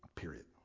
period